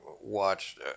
watched